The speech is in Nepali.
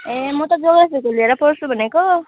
ए म त ज्योग्राफीको लिएर पढ्छु भनेको